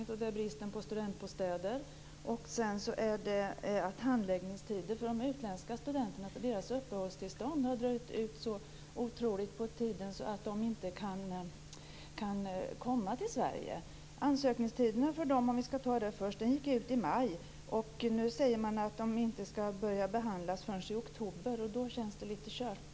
Det ena gäller bristen på studentbostäder, och det andra gäller att handläggningstiderna för uppehållstillstånd för de utländska studenterna har dragit ut på tiden så mycket att de inte kan komma till Sverige. Ansökningstiden för dem gick ut i maj. Och nu sägs det att de inte ska börja behandlas förrän i oktober, och då känns det lite kört.